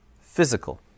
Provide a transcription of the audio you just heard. Physical